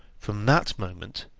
from that moment,